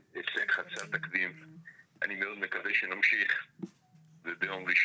מאוד חסר לי בתוספת ואני מבינה שיש כאן "לרבות",